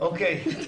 אוקיי.